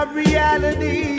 reality